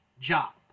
job